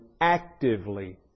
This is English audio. actively